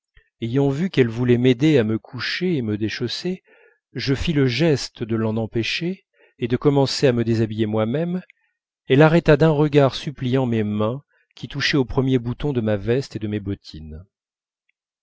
ayant vu qu'elle voulait m'aider à me coucher et me déchausser je fis le geste de l'en empêcher et de commencer à me déshabiller moi-même elle arrêta d'un regard suppliant mes mains qui touchaient aux premiers boutons de ma veste et de mes bottines